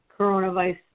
coronavirus